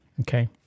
okay